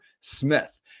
Smith